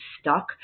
stuck